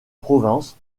provence